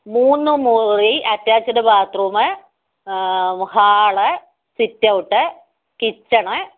മൂന്ന് മുറി attached bathroom hall sit out kitchen